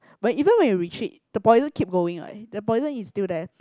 but even when you retreat the poison keep going what the poison is still there